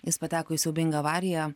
jis pateko į siaubingą avariją